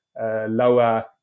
lower